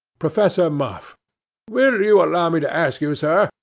professor muff will you allow me to ask you, sir,